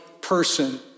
person